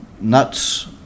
nuts